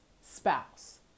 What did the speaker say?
spouse